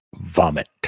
vomit